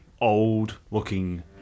old-looking